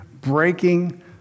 breaking